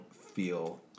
feel